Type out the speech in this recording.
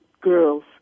girls